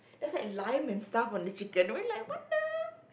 there's like lime and stuff on the chicken we're like what the